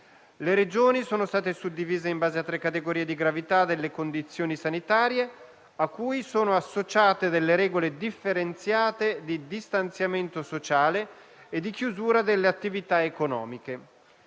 Le Regioni sono state suddivise in base a tre categorie di gravità delle condizioni sanitarie, a cui sono associate delle regole differenziate di distanziamento sociale e di chiusura delle attività economiche.